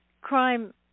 crime